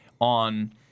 on